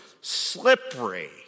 slippery